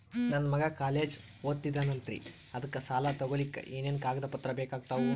ನನ್ನ ಮಗ ಕಾಲೇಜ್ ಓದತಿನಿಂತಾನ್ರಿ ಅದಕ ಸಾಲಾ ತೊಗೊಲಿಕ ಎನೆನ ಕಾಗದ ಪತ್ರ ಬೇಕಾಗ್ತಾವು?